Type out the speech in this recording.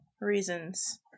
reasons